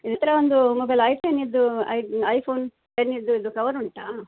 ನಿಮ್ಮ ಹತ್ರ ಒಂದು ಮೊಬೈಲ್ ಐಫೋನಿದು ಐಫೋನ್ ಟೆನ್ ಇದ್ದು ಕವರ್ ಉಂಟ